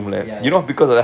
ya ya